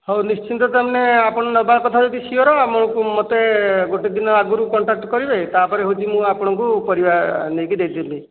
ହଉ ନିଶ୍ଚିନ୍ତ ତାମାନେ ଆପଣ ନେବାକଥା ଯଦି ସିଓର ଆମକୁ ମୋତେ ଗୋଟେ ଦିନ ଆଗରୁ କଣ୍ଟାକ୍ଟ କରିବେ ତାପରେ ହେଉଛି ମୁଁ ଆପଣଙ୍କୁ ପରିବା ନେଇକି ଦେଇଦେବି